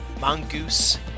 mongoose